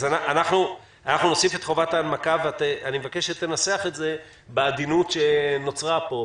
אנחנו נוסיף את חובת ההנמקה ואני מבקש שתנסח את זה בעדינות שנוצרה פה,